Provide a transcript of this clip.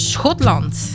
Schotland